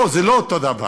לא, זה לא אותו דבר.